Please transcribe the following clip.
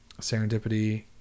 Serendipity